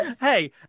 Hey